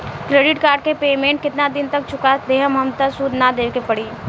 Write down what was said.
Credit card के payment केतना दिन तक चुका देहम त सूद ना देवे के पड़ी?